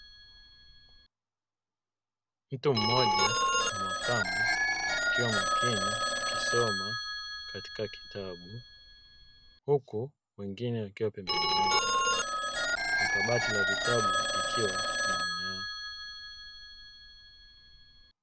Mtu mmoja wa makamu akiwa makini akisoma katika kitabu huku wengine wakiwa pembeni yake na kabati la vitabu likiwa nyuma yao.